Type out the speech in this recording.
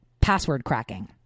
password-cracking